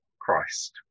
Christ